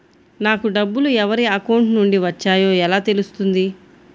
నాకు డబ్బులు ఎవరి అకౌంట్ నుండి వచ్చాయో ఎలా తెలుస్తుంది?